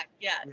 yes